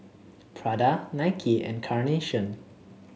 Prada Nike and Carnation